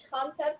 concept